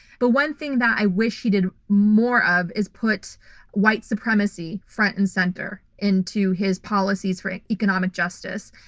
but one thing that i wish he did more of is put white supremacy front and center into his policies for economic justice.